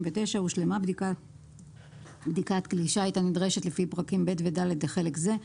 הושלמה בדיקת כלי שיט הנדרשת לפי פרקים ב' ו-ד' לחלק זה,